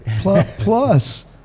Plus